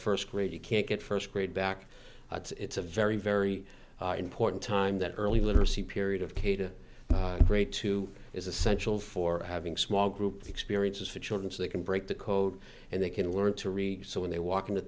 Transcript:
first grade you can't get first grade back it's a very very important time that early literacy period of kheta great too is essential for having small group experiences for children so they can break the code and they can learn to read so when they walk into